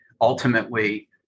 ultimately